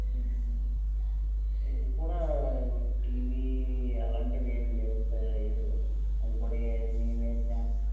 అవి కుడా టీవీ అలాంటివి ఏమీలేవు సార్ అవి కుడా ఏమి చ